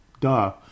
duh